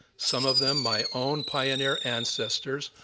some of them my own pioneer ancestors,